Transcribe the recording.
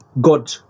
god